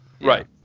Right